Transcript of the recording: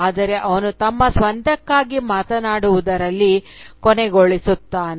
ಆದರೆ ಅವನು ತಮ್ಮ ಸ್ವಂತಕ್ಕಾಗಿ ಮಾತನಾಡುವುದರಲ್ಲಿ ಕೊನೆಗೊಳಿಸುತ್ತಾರೆ